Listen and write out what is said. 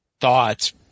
thoughts